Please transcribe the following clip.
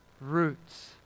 roots